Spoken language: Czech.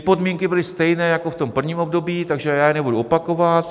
Podmínky byly stejné jako v prvním období, takže je nebudu opakovat.